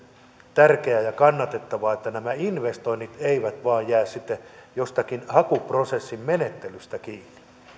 tärkeää ja kannatettavaa että nämä investoinnit eivät vain jää sitten jostakin hakuprosessin menettelystä kiinni